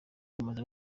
bamaze